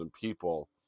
people